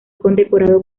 condecorado